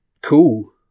cool